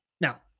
Now